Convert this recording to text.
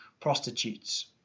prostitutes